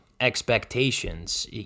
expectations